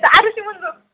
आरुषी बोल गं